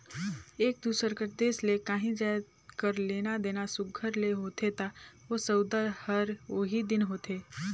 एक दूसर कर देस ले काहीं जाएत कर लेना देना सुग्घर ले होथे ता ओ सउदा हर ओही दिन होथे